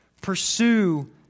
Pursue